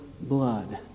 blood